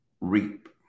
reap